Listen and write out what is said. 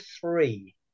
three